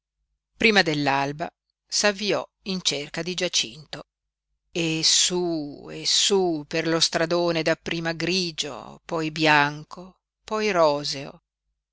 prima dell'alba s'avviò in cerca di giacinto e su e su per lo stradone dapprima grigio poi bianco poi roseo